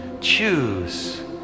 choose